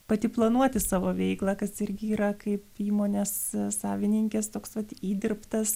pati planuoti savo veiklą kas irgi yra kaip įmonės savininkės toks vat įdirbtas